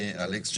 אלכס,